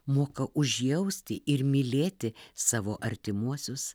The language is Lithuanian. moka užjausti ir mylėti savo artimuosius